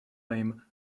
name